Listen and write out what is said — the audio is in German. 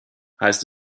heißt